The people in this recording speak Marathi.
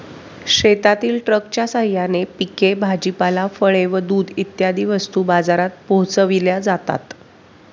शेतातील ट्रकच्या साहाय्याने पिके, भाजीपाला, फळे व दूध इत्यादी वस्तू बाजारात पोहोचविल्या जातात